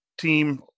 team